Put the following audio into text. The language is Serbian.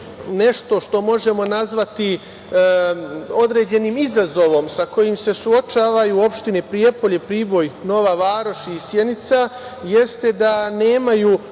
nešto što možemo nazvati određenim izazovom sa kojim se suočavaju opštine Prijepolje, Priboj, Nova Varoš i Sjenica, jeste da nemaju